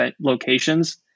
locations